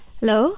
hello